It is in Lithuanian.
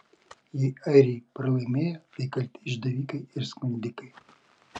jei airiai pralaimėjo tai kalti išdavikai ir skundikai